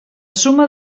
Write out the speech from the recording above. suma